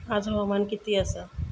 आज हवामान किती आसा?